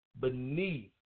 beneath